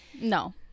No